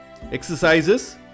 exercises